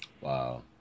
wow